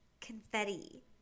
confetti